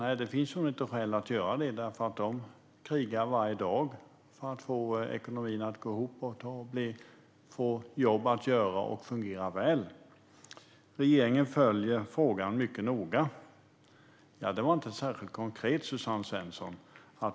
Nej, det finns det inget skäl att göra, för de krigar varje dag för att få ekonomin att gå ihop, att få jobb att göra och att fungera väl. Regeringen följer frågan mycket noga. Det var inte särskilt konkret, Suzanne Svensson.